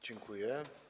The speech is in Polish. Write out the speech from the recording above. Dziękuję.